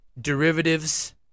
Derivatives